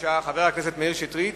חבר הכנסת מאיר שטרית,